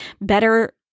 better